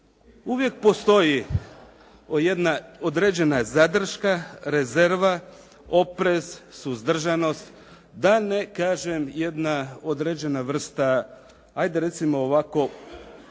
uvijek postoji jedna određena zadrška, rezerva, oprez, suzdržanost, da ne kažem jedan određena vrsta, ajde recimo ovako